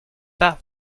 pas